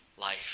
life